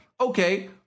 okay